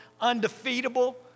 undefeatable